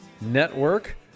network